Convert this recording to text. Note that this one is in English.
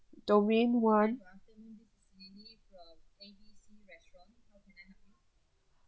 domain one